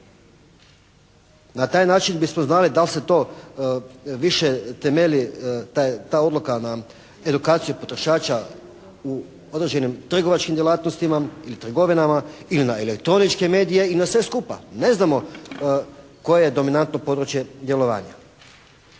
Na taj način bismo znali da li se to više temelji, da je ta odluka na edukaciju potrošača u određenim trgovačkim djelatnostima ili trgovinama ili na elektroničke medije i na sve skupa. Ne znamo koje je dominantno područje djelovanja.